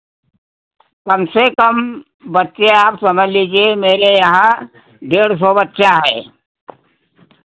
कम से कम बच्चे आप समझ लीजिए मेरे यहाँ डेढ़ सौ बच्चे आए